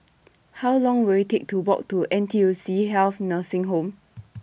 How Long Will IT Take to Walk to N T U C Health Nursing Home